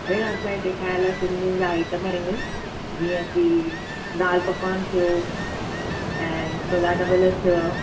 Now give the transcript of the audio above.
भेण असांजे हिते खाइण लाइ सिंधियुनि जा आइटम आहिनि जीअं कि दालि पकवान थियो ऐं छोला डॿल थियो